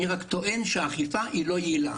אני רק טוען שהאכיפה היא לא יעילה.